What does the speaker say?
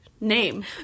name